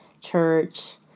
church